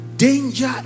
Danger